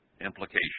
Implication